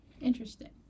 Interesting